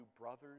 brothers